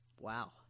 Wow